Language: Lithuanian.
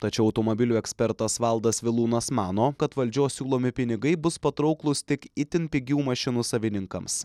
tačiau automobilių ekspertas valdas vilūnas mano kad valdžios siūlomi pinigai bus patrauklūs tik itin pigių mašinų savininkams